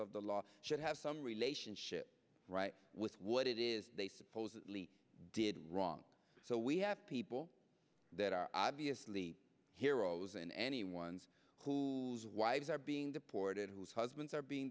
of the law should have some relationship with what it is they supposedly did wrong so we have people that are obviously heroes in anyone's who wives are being deported whose husbands are being